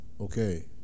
Okay